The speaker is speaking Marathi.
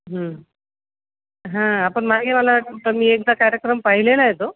हं हां आपण मागे मला तर मी एकदा कार्यक्रम पाहिलेला आहे तो